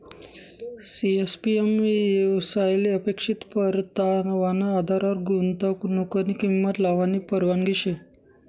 CAPM येवसायले अपेक्षित परतावाना आधारवर गुंतवनुकनी किंमत लावानी परवानगी शे